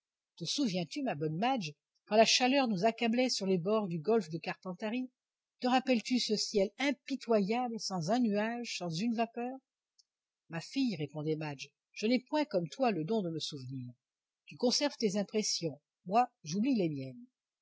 te souviens-tu ma bonne madge quand la chaleur nous accablait sur les bords du golfe de carpentarie te rappelles-tu ce ciel impitoyable sans un nuage sans une vapeur ma fille répondait madge je n'ai point comme toi le don de me souvenir tu conserves tes impressions moi j'oublie les miennes